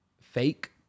fake